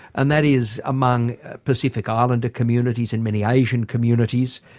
and that is among pacific islander communities and many asian communities,